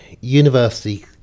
university